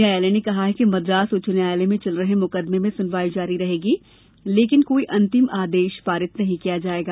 न्यायालय ने कहा कि मद्रास उच्च न्यायालय में चल रहे मुकदमे में सुनवाई जारी रहेगी लेकिन कोई अंतिम आदेश पारित नहीं किया जायेगा